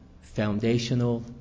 foundational